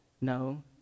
No